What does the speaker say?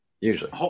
usually